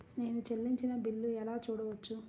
నేను చెల్లించిన బిల్లు ఎలా చూడవచ్చు?